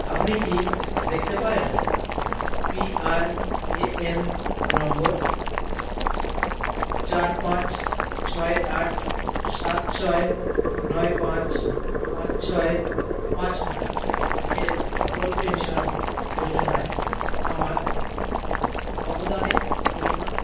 আপনি কি দেখতে পারেন পিআর এএন নম্বর চার পাঁচ ছয় আট সাত ছয় নয় পাঁচ পাঁচ ছয় পাঁচ নয় এর অটল পেনশান যোজনায় আমার অবদানের পরিমাণ